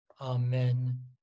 amen